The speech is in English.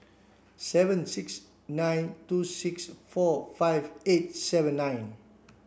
seven six nine two six four five eight seven nine